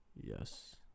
Yes